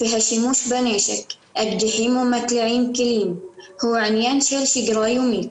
והשימוש בנשק אקדחים ומקלעים הוא עניין של שגרה יומית.